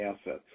assets